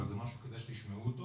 אבל זה משהו שכדאי שתשמעו אותו.